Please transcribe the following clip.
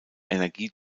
energie